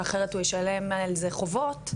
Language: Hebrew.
אחרת הוא יישלם מעל זה חובות,